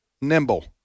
nimble